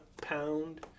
Pound